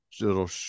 little